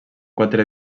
quatre